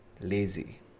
lazy